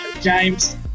James